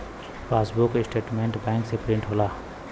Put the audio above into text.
passbook statement bank से print होला